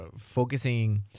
focusing